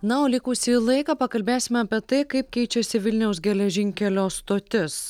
na o likusį laiką pakalbėsime apie tai kaip keičiasi vilniaus geležinkelio stotis